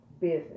business